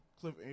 Cliff